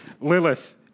Lilith